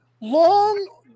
Long